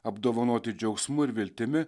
apdovanoti džiaugsmu ir viltimi